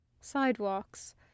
Sidewalks